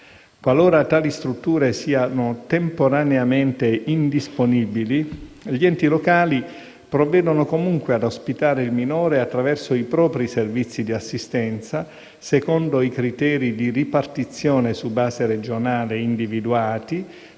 Qualora tali strutture siano temporaneamente indisponibili, gli enti locali provvedono comunque a ospitare il minore attraverso i propri servizi di assistenza, secondo i criteri di ripartizione su base regionale individuati,